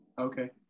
Okay